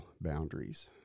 boundaries